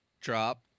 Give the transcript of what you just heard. drop